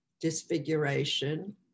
disfiguration